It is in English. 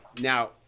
Now